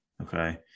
Okay